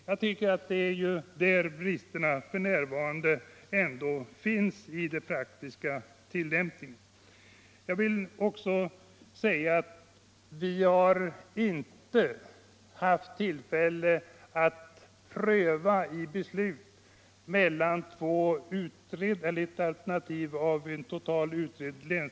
Jag tycker att det är där som bristerna f. n. finns i den praktiska tillämpningen. Vi har inte haft tillfälle att pröva ett länsdemokratialternativ som har varit helt utrett.